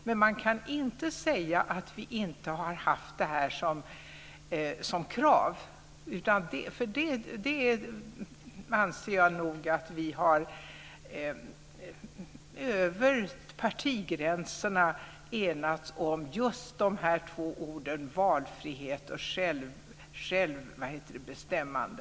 Man kan dock inte säga att vi inte har haft detta krav. Jag anser nog att vi över partigränserna har enats just om de båda orden valfrihet och självbestämmande.